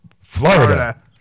Florida